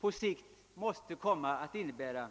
för att undvika de svårigheter som dessa på sikt måste komma att medföra.